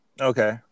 Okay